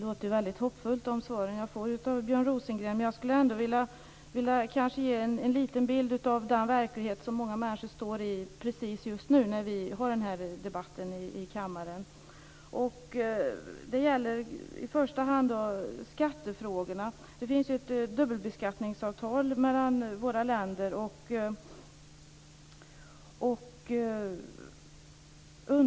Fru talman! De svar jag får av Björn Rosengren låter väldigt hoppfulla. Jag skulle ändå vilja ge en liten bild av den verklighet som många människor står i precis just nu, när vi har denna debatt i kammaren. Det gäller i första hand skattefrågorna. Det finns ett dubbelbeskattningsavtal mellan våra länder.